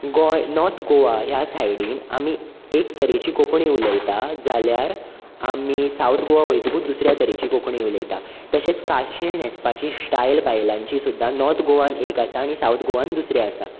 Goa north Goa ह्या सायडीन आमी एक तरेची कोंकणी उलयता जाल्यार आमी सावथ गोवा वयतकूच दुसऱ्या तरेची कोंकणी उलयता तशेंच काशीण न्हेंसपाची स्टायल बायलांची सुद्दां नोर्थ गोवान एक आसा आनी सावथ गोवान दुसरी आसा